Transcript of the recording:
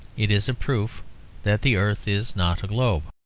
it is a proof that the earth is not a globe